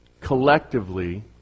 collectively